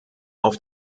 auf